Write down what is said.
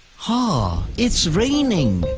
ah it's raining